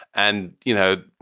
and, you know,